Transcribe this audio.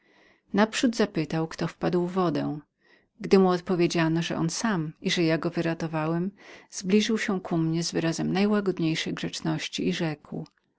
naprzód zapytał kto wpadł w wodę gdy mu odpowiedziano że on sam i że ja go wyratowałem zbliżył się ku mnie z wyrazem najłagodniejszej grzeczności i rzekł